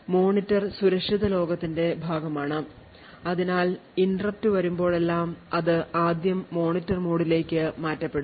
monitor സുരക്ഷിത ലോകത്തിന്റെ ഭാഗമാണ് അതിനാൽ interrupt വരുമ്പോഴെല്ലാം അത് ആദ്യം മോണിറ്റർ മോഡിലേക്ക് മാറ്റപ്പെടും